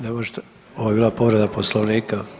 Ne možete, ovo je bila povreda Poslovnika.